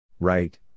Right